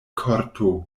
korto